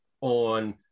on